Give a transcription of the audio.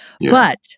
But-